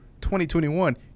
2021